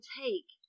take